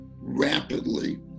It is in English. rapidly